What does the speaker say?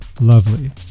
lovely